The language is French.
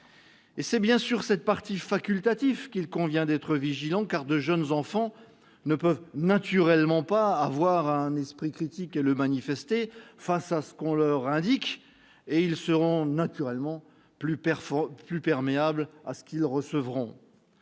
C'est bien sûr sur cette partie facultative qu'il convient d'être vigilant, car de jeunes enfants ne peuvent disposer d'un esprit critique et le manifester face à ce qu'on leur indique et seront naturellement plus perméables à ce qu'ils recevront.